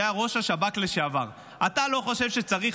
שהיה ראש השב"כ לשעבר: אתה לא חושב שצריך